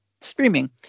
streaming